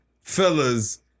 fellas